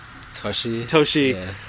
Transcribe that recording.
toshi